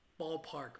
ballpark